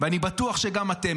ואני בטוח שגם אתם.